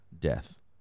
death